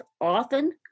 often